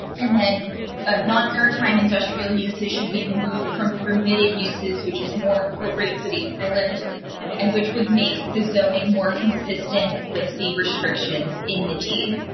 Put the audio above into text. and then non um time industrial uses should be removed from permitted uses, which is more appropriate for the island and which would make the zoning more consistent with the restrictions in the team.